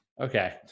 Okay